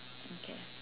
okay